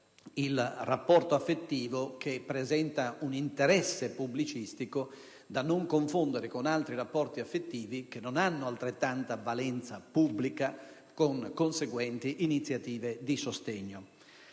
il rapporto affettivo che presenta un interesse pubblicistico, da non confondere con altri rapporti affettivi che non hanno altrettanta valenza pubblica con conseguenti iniziative di sostegno.